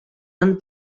han